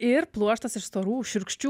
ir pluoštas iš storų šiurkščių